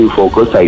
focus